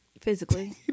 Physically